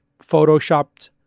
Photoshopped